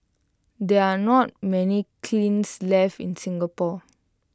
there are not many kilns left in Singapore